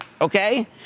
Okay